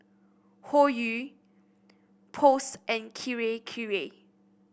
Hoyu Post and Kirei Kirei